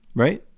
right.